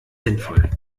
sinnvoll